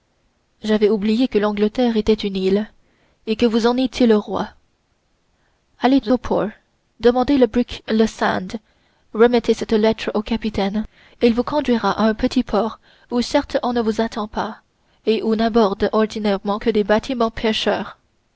j'avais oublié que l'angleterre était une île et que vous en étiez le roi allez au port demandez le brick le sund remettez cette lettre au capitaine il vous conduira à un petit port où certes on ne vous attend pas et où n'abordent ordinairement que des bâtiments